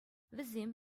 вӗсем